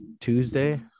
Tuesday